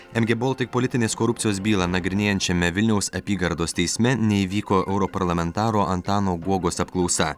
mg baltic politinės korupcijos bylą nagrinėjančiame vilniaus apygardos teisme neįvyko europarlamentaro antano guogos apklausa